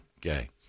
gay